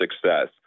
success